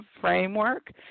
framework